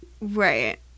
Right